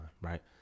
right